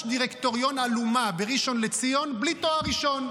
דירקטוריון אלומה בראשון לציון בלי תואר ראשון,